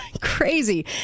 crazy